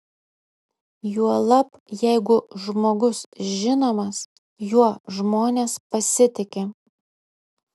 juolab jeigu žmogus žinomas juo žmonės pasitiki